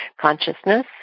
consciousness